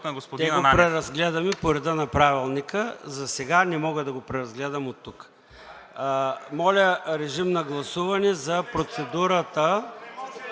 ЙОРДАН ЦОНЕВ: Ще го преразгледаме по реда на Правилника. Засега не мога да го преразгледам оттук. Моля, режим на гласуване за процедурата